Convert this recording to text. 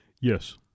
Yes